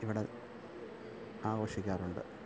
ഇവിടെ ആഘോഷിക്കാറുണ്ട്